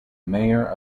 mayor